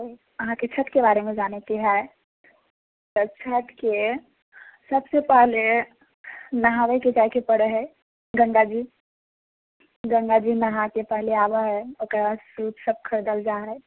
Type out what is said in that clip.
अहाँके छठिके बारेमे जानैके हइ तऽ छठिके सभसँ पहले नहावैके जाएके पड़ैत हइ गङ्गाजी गङ्गाजी नहाके पहले आवे हइ ओकरबाद सूपसभ खरीदल जाइत हइ